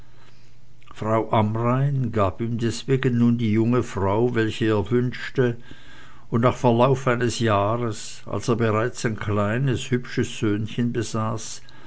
frau amrain gab ihm deswegen nun die junge frau welche er wünschte und nach verlauf eines jahres als er bereits ein kleines hübsches söhnchen besaß